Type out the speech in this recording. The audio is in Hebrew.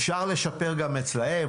אפשר לשפר גם אצלם.